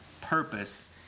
purpose